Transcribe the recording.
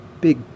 big